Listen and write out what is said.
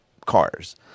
cars